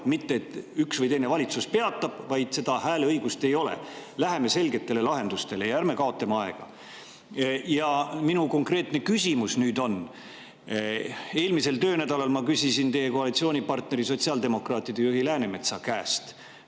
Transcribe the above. Mitte, et üks või teine valitsus peatab, vaid seda hääleõigust ei ole. Läheme selgetele lahendustele ja ärme kaotame aega. Minu konkreetne küsimus on järgmine. Eelmisel töönädalal ma küsisin teie koalitsioonipartneri, sotsiaaldemokraatide juhi Läänemetsa käest,